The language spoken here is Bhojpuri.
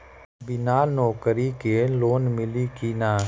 बिना नौकरी के लोन मिली कि ना?